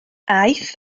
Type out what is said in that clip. aeth